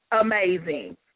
amazing